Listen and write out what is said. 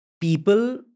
people